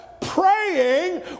praying